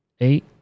eight